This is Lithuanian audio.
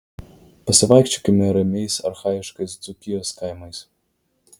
pasivaikščiokime ramiais archaiškais dzūkijos kaimais